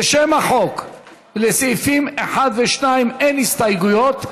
לשם החוק ולסעיפים 1 ו-2 אין הסתייגויות.